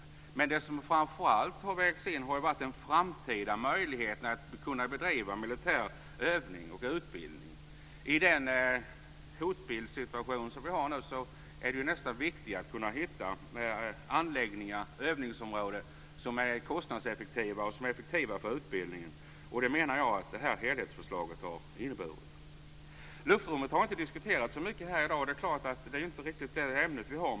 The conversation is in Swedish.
Men det som framför allt har vägts in har varit en framtida möjlighet att kunna bedriva militär övning och utbildning. I den hotbildssituation vi nu har är det nästan viktigare att kunna hitta anläggningar och övningsområden som är kostnadseffektiva och som är effektiva för utbildningen. Det menar jag att det här helhetsförslaget har inneburit. Luftrummet har inte diskuterats så mycket här i dag. Det är ju inte riktigt det ämnet vi har.